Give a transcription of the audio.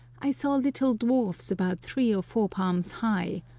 i saw little dwarfs about three or four palms high,